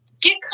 get